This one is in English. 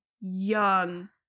young